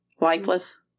Lifeless